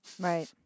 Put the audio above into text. Right